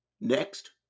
next